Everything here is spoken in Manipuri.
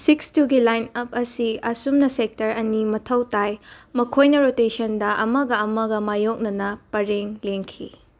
ꯁꯤꯛꯁ ꯇꯨꯒꯤ ꯂꯥꯏꯟ ꯑꯄ ꯑꯁꯤ ꯑꯁꯨꯝꯅ ꯁꯦꯛꯇꯔ ꯑꯅꯤ ꯃꯊꯧ ꯇꯥꯏ ꯃꯈꯣꯏꯅ ꯔꯣꯇꯦꯁꯟꯗ ꯑꯃꯒ ꯑꯃꯒ ꯃꯥꯌꯣꯛꯟꯅ ꯄꯔꯦꯡ ꯂꯦꯡꯈꯤ